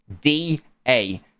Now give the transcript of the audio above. D-A